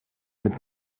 mit